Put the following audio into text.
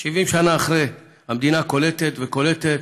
70 שנה אחרי, המדינה קולטת וקולטת,